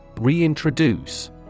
Reintroduce